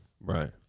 Right